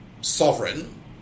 sovereign